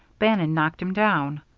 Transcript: bannon knocked him down.